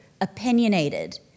opinionated